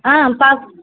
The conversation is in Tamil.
ஆ பாக்